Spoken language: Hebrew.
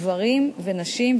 גברים ונשים,